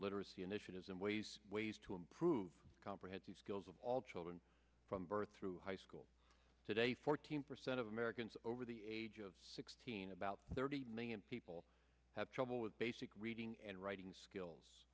literacy initiatives in ways ways to improve comprehensive skills of all children from birth through high school today fourteen percent of americans over the age of teen about thirty million people have trouble with basic reading and writing skills